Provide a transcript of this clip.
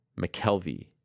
McKelvey